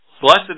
Blessed